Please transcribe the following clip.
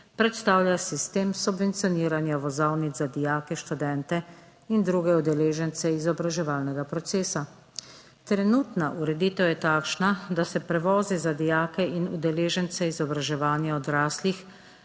predstavlja sistem subvencioniranja vozovnic za dijake, študente in druge udeležence izobraževalnega procesa. Trenutna ureditev je takšna, da se prevozi za dijake in udeležence izobraževanja odraslih